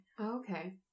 okay